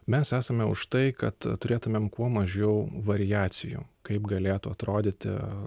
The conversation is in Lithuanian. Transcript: mes esame už tai kad turėtumėm kuo mažiau variacijų kaip galėtų atrodyti